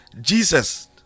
jesus